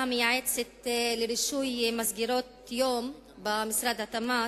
המייעצת לרישוי מסגרות יום במשרד התמ"ת,